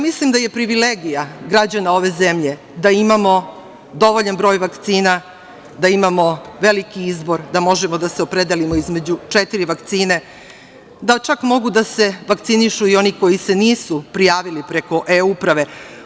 Mislim da je privilegija građana ove zemlje da imamo dovoljan broj vakcina, da imamo veliki izbor da možemo da se opredelimo između četiri vakcine, da čak mogu da se vakcinišu i oni koji se nisu prijavili preko e-Uprave.